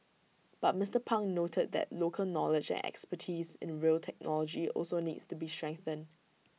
but Mister pang noted that local knowledge expertise in rail technology also needs to be strengthened